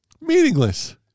Meaningless